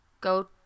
Go